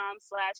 slash